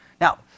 Now